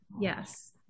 Yes